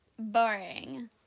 boring